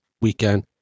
weekend